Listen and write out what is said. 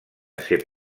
ser